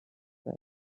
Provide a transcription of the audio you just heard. said